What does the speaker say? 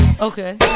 Okay